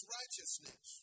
righteousness